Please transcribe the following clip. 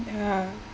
ya